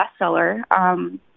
bestseller